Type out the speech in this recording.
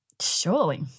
Surely